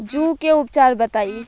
जूं के उपचार बताई?